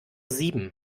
sieben